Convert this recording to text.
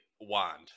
wand